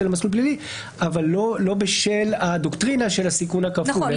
למסלול פלילי אבל לא בשל הדוקטרינה של הסיכון הכפול.